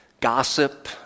gossip